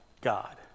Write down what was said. God